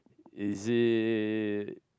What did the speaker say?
is it